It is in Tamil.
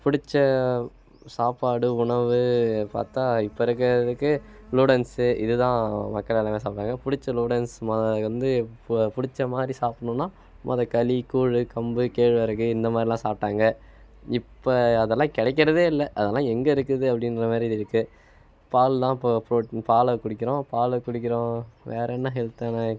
பிடிச்ச சாப்பாடு உணவு பார்த்தா இப்போ இருக்கிறதுக்கு நூடல்ஸு இது தான் மக்கள் எல்லாமே சாப்பிட்றாங்க பிடுச்ச நூடல்ஸ் முத வந்து இப்போ பிடுச்ச மாதிரி சாப்பிடனும்னா முத கலி கூழ் கம்பு கேழ்வரகு இந்த மாதிரிலாம் சாப்பிடாங்க இப்போ அதெல்லாம் கிடைக்கிறதே இல்லை அதெல்லாம் எங்கள் இருக்குது அப்படின்ற மாதிரி இருக்குது பால்லாம் இப்போது புரோட் பாலை குடிக்கிறோம் பாலை குடிக்கிறோம் வேறு என்ன ஹெல்த்தான